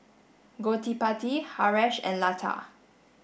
Gottipati Haresh and Lata